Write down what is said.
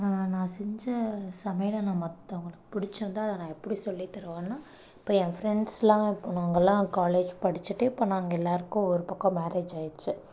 நான் செஞ்ச சமையலை நான் மற்றவுங்களுக்கு பிடிச்சி இருந்தால் அதை நான் எப்படி சொல்லி தருவேன்னா இப்போ என் ஃப்ரெண்ட்ஸெலாம் இப்போ நாங்களெலாம் காலேஜ் படிச்சுட்டு இப்போ நாங்கள் எல்லோருக்கும் ஒரு பக்கம் மேரேஜ் ஆகிருச்சு